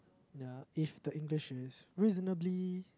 ya if the English is reasonably